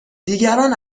دیگران